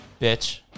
Bitch